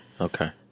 Okay